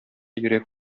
йөрәк